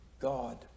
God